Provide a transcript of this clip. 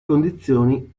condizioni